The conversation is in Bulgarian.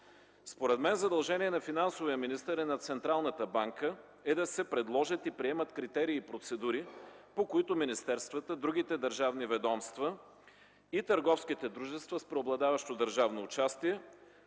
Според мен задължението на финансовия министър, на Централната банка е да се предложат и приемат критерии и процедури, по които министерствата, другите държавни ведомства и търговските дружества с преобладаващо държавно участие